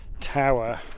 tower